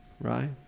Right